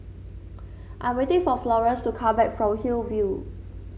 I'm waiting for Florence to come back from Hillview